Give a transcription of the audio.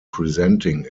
presenting